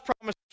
promise